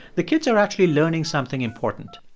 the kids are actually learning something important.